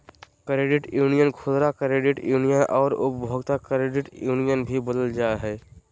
credit union खुदरा credit union आर उपभोक्ता क्रेडिट यूनियन भी बोलल जा हइ